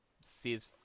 says